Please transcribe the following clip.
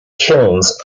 kilns